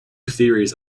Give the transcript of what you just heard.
theories